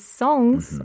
songs